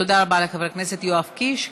תודה רבה לחבר הכנסת יואב קיש.